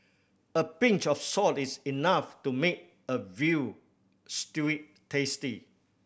a pinch of salt is enough to make a veal stew tasty